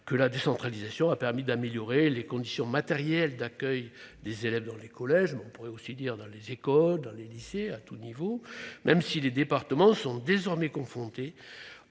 que la décentralisation a permis d'améliorer les conditions matérielles d'accueil des élèves dans les collèges- on pourrait aussi parler des écoles et des lycées -, même si les départements sont désormais confrontés